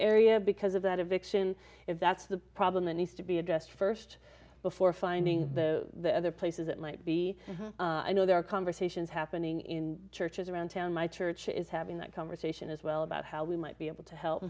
area because of that eviction if that's the problem that needs to be addressed st before finding the other places that might be i know there are conversations happening in churches around town my church is having that conversation as well about how we might be able to help